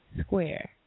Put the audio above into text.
Square